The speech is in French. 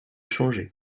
changés